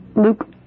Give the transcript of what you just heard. Luke